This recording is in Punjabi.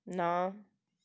ਨਾ